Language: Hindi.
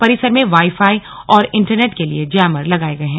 परिसर में वाई फाई और इंटरनेट के लिए जैमर लगाए गए हैं